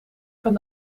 van